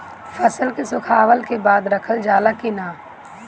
फसल के सुखावला के बाद रखल जाला कि न?